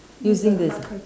using this